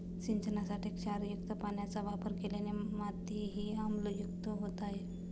सिंचनासाठी क्षारयुक्त पाण्याचा वापर केल्याने मातीही आम्लयुक्त होत आहे